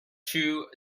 two